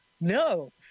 No